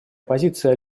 позиция